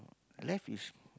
life is